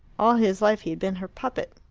all his life he had been her puppet.